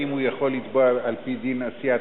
האם הוא יכול לתבוע על-פי דין עשיית